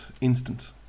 instant